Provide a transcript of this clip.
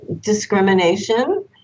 discrimination